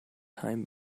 time